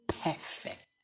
perfect